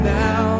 now